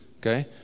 Okay